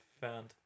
found